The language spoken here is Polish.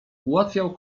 ułatwiał